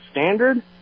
standard